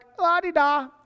la-di-da